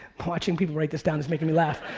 watching people write this down is making me laugh.